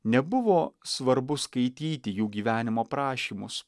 nebuvo svarbu skaityti jų gyvenimo aprašymus